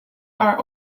are